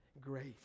grace